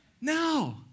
No